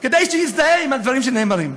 כדי שיזדהה עם הדברים שנאמרים.